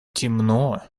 темно